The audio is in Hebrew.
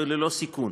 וללא סיכון.